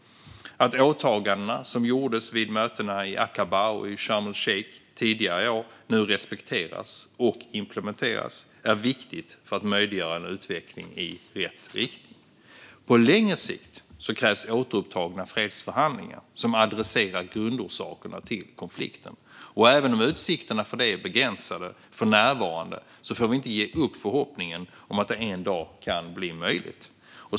Att åtagandena som gjordes vid mötena i Akaba och i Sharm el-Sheikh tidigare i år nu respekteras och implementeras är viktigt för att möjliggöra en utveckling i rätt riktning. På längre sikt krävs återupptagna fredsförhandlingar som adresserar grundorsakerna till konflikten, och även om utsikterna för det är begränsade för närvarande får vi inte ge upp förhoppningen om att det en dag kan bli möjligt.